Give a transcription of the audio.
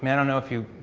mean i don't know if you,